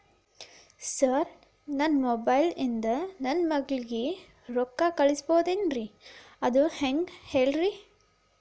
sir ನನ್ನ mobile ಇಂದ ನನ್ನ ಮಗಳಿಗೆ ರೊಕ್ಕಾ ಕಳಿಸಬಹುದೇನ್ರಿ ಅದು ಹೆಂಗ್ ಹೇಳ್ರಿ